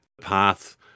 path